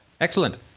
Excellent